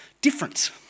difference